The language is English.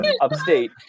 upstate